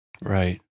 Right